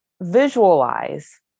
Visualize